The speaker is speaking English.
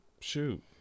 shoot